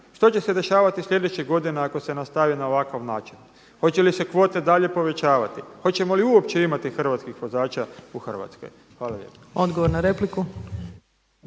Što će se dešavati sljedeće godine ako se nastavi na ovakav način? Hoće li se kvote dalje povećavati? Hoćemo li uopće imati hrvatskih vozača u Hrvatskoj? Hvala lijepo. **Opačić,